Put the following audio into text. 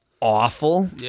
awful